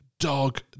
dog